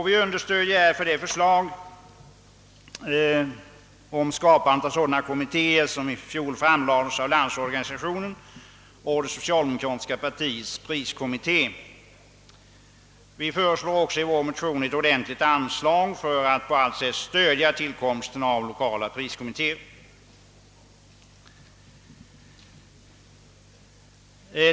Vi understödjer därför det förslag om skapandet av sådana kommittéer som i fjol framlades av Landsorganisationen och det socialdemokratiska partiets priskom mitté. Vi föreslår i vår motion också ett ordentligt anslag för att på allt sätt stödja tillkomsten av lokala priskommittéer.